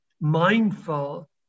mindful